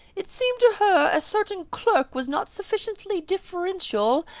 it seemed to her a certain clerk was not sufficiently deferential,